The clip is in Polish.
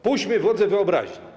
Puśćmy wodze wyobraźni.